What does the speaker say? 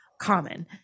common